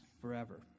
forever